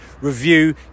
review